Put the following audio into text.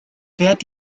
wert